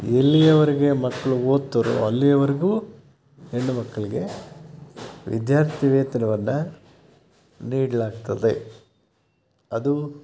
ಎಲ್ಲಿಯವರೆಗೆ ಮಕ್ಕಳು ಓದ್ತಾರೋ ಅಲ್ಲಿಯವರೆಗೂ ಹೆಣ್ಣುಮಕ್ಕಳಿಗೆ ವಿದ್ಯಾರ್ಥಿ ವೇತನವನ್ನು ನೀಡಲಾಗ್ತದೆ ಅದು